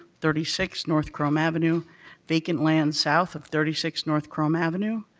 thirty six north krome avenue vacant land south of thirty six north krome avenue,